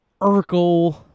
Urkel